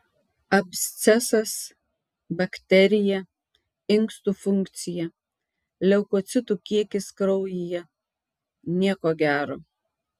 abscesas bakterija inkstų funkcija leukocitų kiekis kraujyje nieko gero